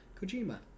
kojima